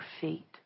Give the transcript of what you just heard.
feet